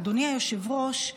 אדוני היושב-ראש,